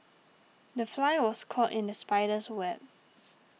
the fly was caught in the spider's web